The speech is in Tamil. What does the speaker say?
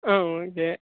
ஆ ஓகே